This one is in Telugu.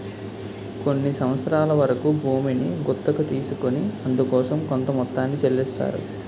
కొన్ని సంవత్సరాల వరకు భూమిని గుత్తకు తీసుకొని అందుకోసం కొంత మొత్తాన్ని చెల్లిస్తారు